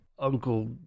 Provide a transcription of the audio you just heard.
Uncle